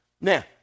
Now